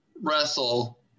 wrestle